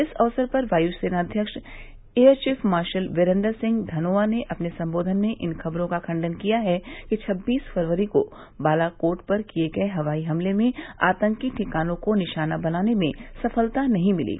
इस अवसर पर वायुसेनाव्यक्ष एयरचीफ मार्शल बिरेन्दर सिंह धनोआ ने अपने संबोधन में इन खबरों का खंडन किया है कि छब्बीस फरवरी को बालाकोट पर किए गए हवाई हमले में आतंकी ठिकानों को निशाना बनाने में सफलता नहीं मिली